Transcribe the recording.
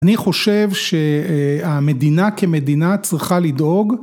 אני חושב שהמדינה כמדינה צריכה לדאוג